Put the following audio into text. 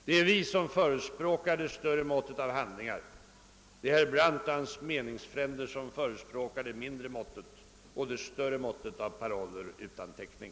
Det är vi som förespråkar det större måttet av handlingar; herr Brandt och hans meningsfränder förespråkar det mindre måttet av handlingar och den större mängden av paroller utan täckning.